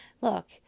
Look